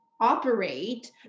operate